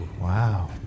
wow